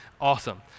Awesome